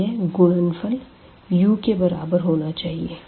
और यह गुणनफल u के बराबर होना चाहिए